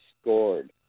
scored